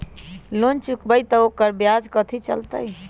Loan चुकबई त ओकर ब्याज कथि चलतई?